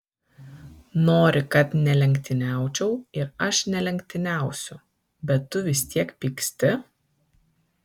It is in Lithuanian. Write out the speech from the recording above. nori kad nelenktyniaučiau ir aš nelenktyniausiu bet tu vis tiek pyksti